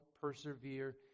persevere